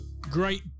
Great